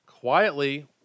quietly